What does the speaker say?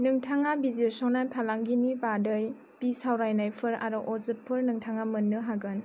नोंथाङा बिजिरसंनाय फालांगिनि बादै बि सावरायनायफोर आरो अजदफोर नोंथाङा मोन्नो हागोन